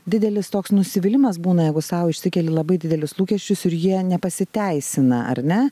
didelis toks nusivylimas būna jeigu sau išsikeli labai didelius lūkesčius ir jie nepasiteisina ar ne